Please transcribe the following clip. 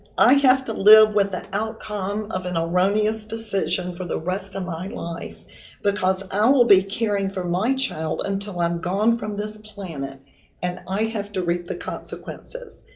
i have to live with the outcome of an erroneous decision for the rest of my life because i will be caring for my child until i'm gone from this planet and i have to reap the consequences.